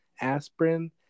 aspirin